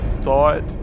thought